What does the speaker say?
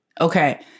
Okay